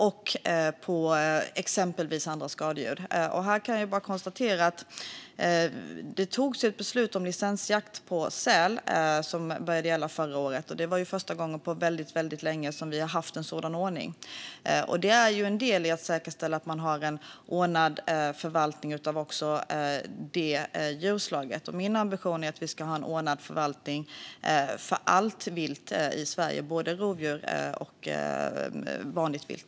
Det gäller också andra skadedjur. Jag kan bara konstatera att det fattades ett beslut om licensjakt på säl som började gälla förra året. Det är första gången på väldigt länge som vi har haft en sådan ordning. Det är en del i att säkerställa att man har en ordnad förvaltning också av detta djurslag. Min ambition är att vi ska en ordnad förvaltning för allt vilt i Sverige, både rovdjur och annat vilt.